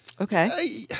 Okay